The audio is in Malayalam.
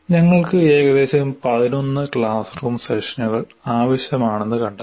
ഞങ്ങൾക്ക് ഏകദേശം 11 ക്ലാസ് റൂം സെഷനുകൾ ആവശ്യമാണെന്ന് കണ്ടെത്തി